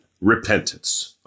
repentance